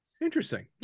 Interesting